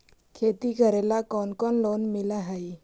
खेती करेला कौन कौन लोन मिल हइ?